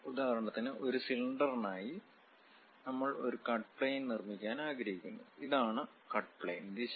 ഉദാഹരണത്തിന് ഒരു സിലിണ്ടറിനായി നമ്മൾ ഒരു കട്ട് പ്ലയിൻ നിർമ്മിക്കാൻ ആഗ്രഹിക്കുന്നു ഇതാണ് കട്ട് പ്ലയിൻ ദിശ